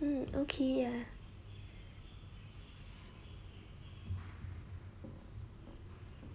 mm okay ya